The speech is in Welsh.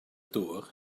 dŵr